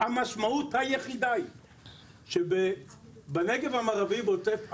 המשמעות היחידה היא שבנגב המערבי ועוטף עזה,